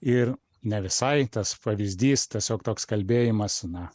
ir ne visai tas pavyzdys tiesiog toks kalbėjimas na